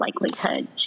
likelihood